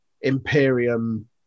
Imperium